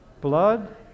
blood